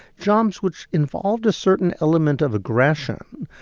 jobs which involved a certain element of aggression,